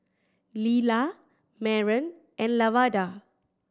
Lilah Maren and Lavada